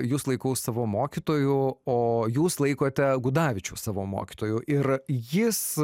jus laikau savo mokytoju o jūs laikote gudavičių savo mokytoju ir jis